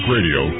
Radio